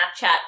Snapchat